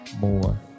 more